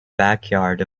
backyard